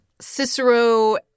Cicero